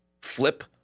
flip